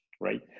right